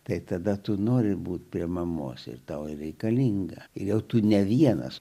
tai tada tu nori būti prie mamos ir tau reikalinga ir dėl to ne vienas